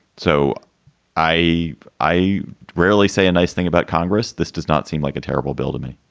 so i i rarely say a nice thing about congress. this does not seem like a terrible bill to me